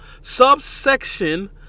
subsection